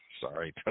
sorry